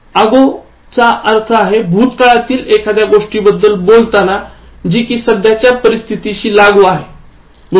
अगो चा अर्थ आहे भूतकाळातील एखाद्या गोष्टीबद्दल बोलताना जी कि सध्याच्या परिस्थितीशी लागू आहे